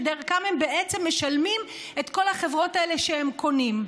שדרכם הם בעצם משלמים על כל החברות האלה שהם קונים.